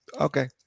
Okay